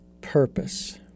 purpose